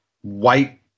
white